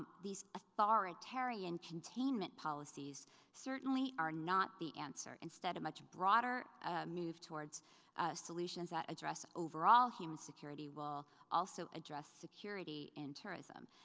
these authoritarian containment policies certainly are not the answer. instead, a much broader move towards solutions that address overall human security will also address security and tourism.